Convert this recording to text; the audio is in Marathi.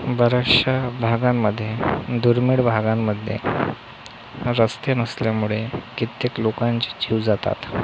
बऱ्याचशा भागांमध्ये दुर्मिळ भागांमध्ये रस्ते नसल्यामुळे कित्येक लोकांचे जीव जातात